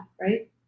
right